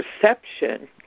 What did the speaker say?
perception